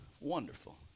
wonderful